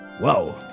Whoa